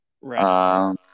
Right